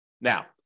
Now